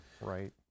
right